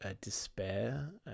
despair